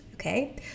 okay